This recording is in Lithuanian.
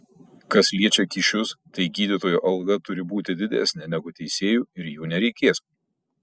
kas liečia kyšius tai gydytojo alga turi būti didesnė negu teisėjų ir jų nereikės